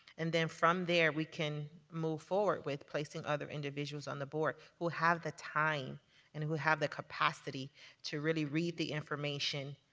and then from there, we can move forward with placing other individuals on the board, who have the time and who have the capacity to really read the information,